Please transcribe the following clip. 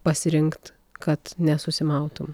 pasirinkt kad nesusimautum